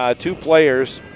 ah two players,